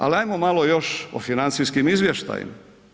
Ali ajmo malo još o financijskim izvještajima.